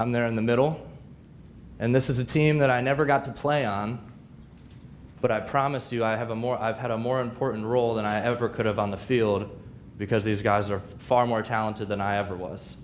and they're in the middle and this is a team that i never got to play on but i promise you i have a more i've had a more important role than i ever could have on the field because these guys are far more talented than i ever was